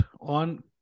on